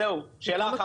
זהו, זו שאלה אחת.